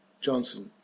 Johnson